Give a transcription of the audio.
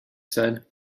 said